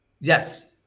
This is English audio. yes